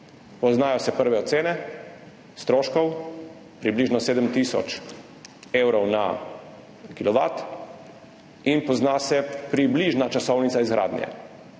Poznajo se prve ocene stroškov, približno 7 tisoč evrov na kilovat, in pozna se približna časovnica izgradnje.